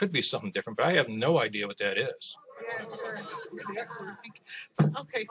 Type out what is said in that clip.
could be something different but i have no idea what that is